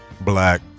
Black